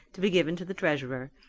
to be given to the treasurer.